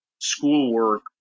schoolwork